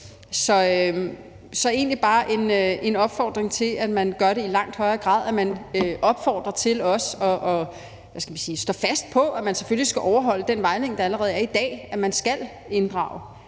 vil egentlig bare komme med en opfordring til, at man gør det i langt højere grad, og at man også opfordrer til at, hvad skal man sige, stå fast på, at man selvfølgelig skal overholde den vejledning, der allerede er der i dag, altså at man skal inddrage